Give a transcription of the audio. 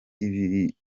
ibirohwa